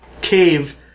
cave